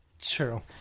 True